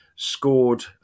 scored